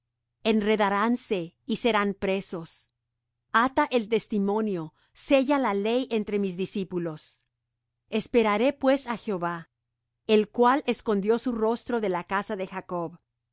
enredaránse y serán presos ata el testimonio sella la ley entre mis discípulos esperaré pues á jehová el cual escondió su rostro de la casa de jacob